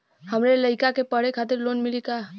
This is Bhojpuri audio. हमरे लयिका के पढ़े खातिर लोन मिलि का?